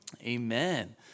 amen